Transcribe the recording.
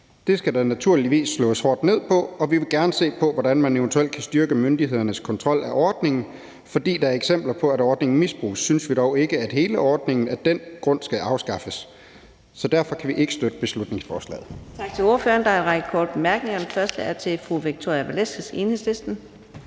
Det skal der naturligvis slås hårdt ned på, og vi vil gerne se på, hvordan man eventuelt kan styrke myndighedernes kontrol af ordningen. Fordi der er eksempler på, at ordningen misbruges, synes vi dog ikke, at hele ordningen skal afskaffes. Så derfor kan vi ikke støtte beslutningsforslaget. Kl. 15:28 Fjerde næstformand (Karina Adsbøl): Tak til ordføreren. Der er en række korte bemærkninger. Den første er til fru Victoria Velasquez, Enhedslisten.